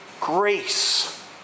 grace